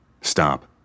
Stop